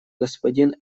господин